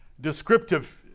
descriptive